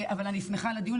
אבל אני שמחה על הדיון,